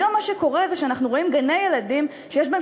היום מה שקורה זה שאנחנו רואים גני-ילדים שיש בהם